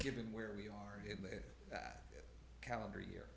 given where we are in the calendar year